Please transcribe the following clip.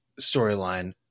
storyline